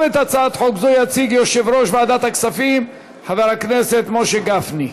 גם את הצעת החוק הזאת יציג יושב-ראש ועדת הכספים חבר הכנסת משה גפני.